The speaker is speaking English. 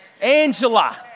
Angela